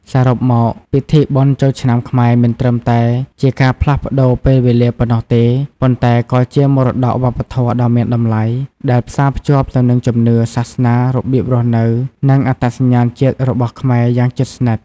សរុបមក ពិធីបុណ្យចូលឆ្នាំខ្មែរមិនត្រឹមតែជាការផ្លាស់ប្តូរពេលវេលាប៉ុណ្ណោះទេ ប៉ុន្តែក៏ជាមរតកវប្បធម៌ដ៏មានតម្លៃ ដែលផ្សារភ្ជាប់ទៅនឹងជំនឿ សាសនា របៀបរស់នៅ និងអត្តសញ្ញាណជាតិរបស់ខ្មែរយ៉ាងជិតស្និទ្ធ។